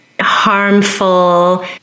harmful